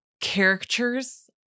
characters